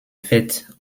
fêtes